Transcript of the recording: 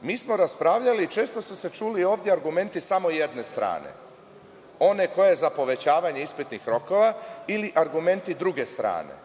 Mi smo raspravljali, često su se čuli ovde argumenti samo jedne strane, one koja je za povećavanje ispitnih rokova, ili argumenti druge strane,